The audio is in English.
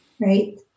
Right